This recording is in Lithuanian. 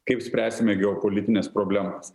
kaip spręsime geopolitines problemas